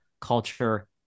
culture